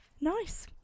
Nice